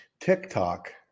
TikTok